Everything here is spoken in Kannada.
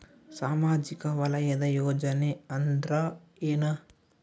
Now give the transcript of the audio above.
ಸಾಮಾಜಿಕ ವಲಯದ ಯೋಜನೆ ಅಂದ್ರ ಏನ?